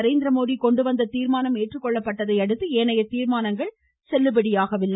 நரேந்திரமோடி கொண்டுவந்த தீர்மானம் ஏற்றுக்கொள்ளப்பட்டதை அடுத்து ஏனைய தீர்மானங்கள் செல்லுபடியாகவில்லை